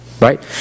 right